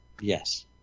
yes